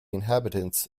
inhabitants